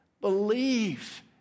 Believe